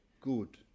good